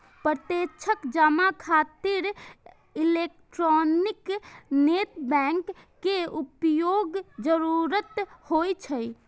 प्रत्यक्ष जमा खातिर इलेक्ट्रॉनिक नेटवर्क के उपयोगक जरूरत होइ छै